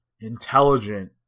intelligent